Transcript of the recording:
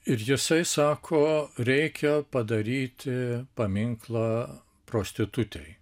ir jisai sako reikia padaryti paminklą prostitutei